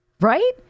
right